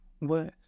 worse